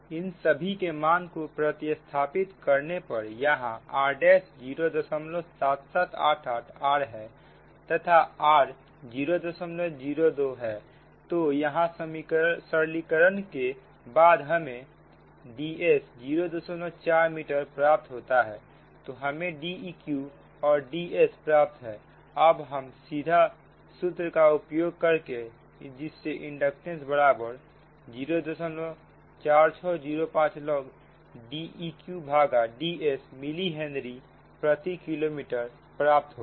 इन सभी के मान को प्रतिस्थापित करने पर यहां r' 077 88 r हैतथा r 002 है तो यहां सरलीकरण के बाद हमें Ds 04 मीटर प्राप्त होता है तो हमें Deq और Ds प्राप्त है अब हम सीधा सूत्र का उपयोग करेंगे जिससे इंडक्टेंस बराबर 04605 log Deq भागा Ds मिली हेनरी प्रति किलोमीटर प्राप्त होगा